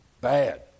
bad